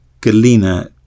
Galina